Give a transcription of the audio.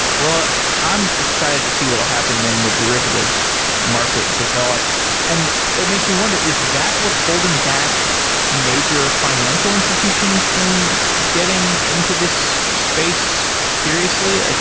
well i'm excited to see what will happen when the derivatives market develops. and it makes me wonder, is that what's holding back major financial institutions from getting into this space seriously? like